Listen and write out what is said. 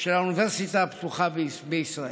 של האוניברסיטה הפתוחה בישראל.